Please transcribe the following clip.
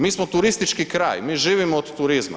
Mi smo turistički kraj, mi živimo od turizma.